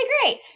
great